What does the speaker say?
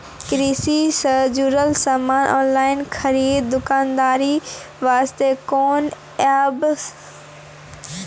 कृषि से जुड़ल समान ऑनलाइन खरीद दुकानदारी वास्ते कोंन सब एप्प उपयोग करें सकय छियै?